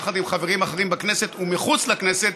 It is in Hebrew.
יחד עם חברים אחרים בכנסת ומחוץ לכנסת,